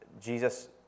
Jesus